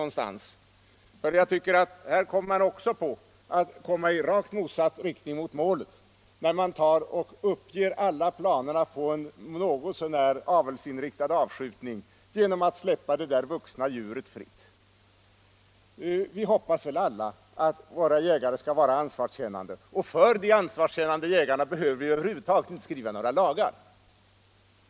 Man håller nämligen på att ta sig fram i rakt motsatt riktning mot målet när man uppger alla planer på en något så när avelsinriktad avskjutning genom att släppa det där vuxna djuret fritt. Vi hoppas väl alla att jägarna skall känna ansvar, och för de ansvarskännande jägarna behöver vi över huvud taget inte skriva några lagar.